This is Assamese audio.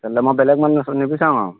তেন্তে মই বেলেগ মানুহ নিবিচাৰোঁ আৰু